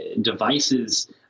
devices